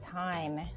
time